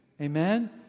Amen